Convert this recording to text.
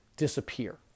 disappear